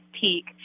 peak